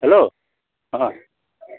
hello হয়